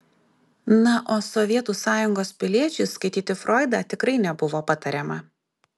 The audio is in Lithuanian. na o sovietų sąjungos piliečiui skaityti froidą tikrai nebuvo patariama